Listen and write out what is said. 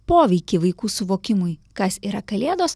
poveikį vaikų suvokimui kas yra kalėdos